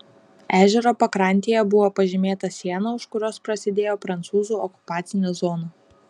ežero pakrantėje buvo pažymėta siena už kurios prasidėjo prancūzų okupacinė zona